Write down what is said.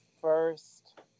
first